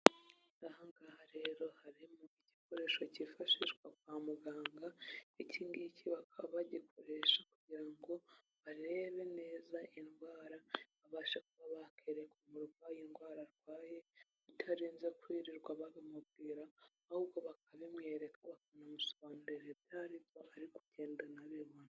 Aha ngaha rero harimo igikoresho cyifashishwa kwa muganga, iki ngiki bakaba bagikoresha kugira ngo barebe neza indwara babasha kuba bakereka umurwayi indwara arwaye, utarinze kwirirwa babimubwira ahubwo bakabimwereka, bakanamusobanurira ibyo ari byo ari kugenda anabibona.